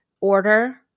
order